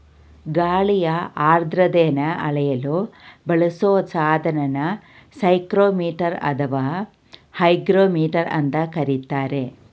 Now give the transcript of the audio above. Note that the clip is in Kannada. ಗಾಳಿಯ ಆರ್ದ್ರತೆನ ಅಳೆಯಲು ಬಳಸೊ ಸಾಧನನ ಸೈಕ್ರೋಮೀಟರ್ ಅಥವಾ ಹೈಗ್ರೋಮೀಟರ್ ಅಂತ ಕರೀತಾರೆ